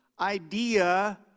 idea